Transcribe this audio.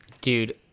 dude